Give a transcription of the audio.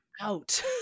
out